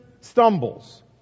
stumbles